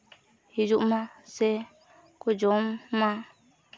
ᱦᱤᱡᱩᱜ ᱢᱟ ᱥᱮᱠᱚ ᱡᱚᱢ ᱢᱟ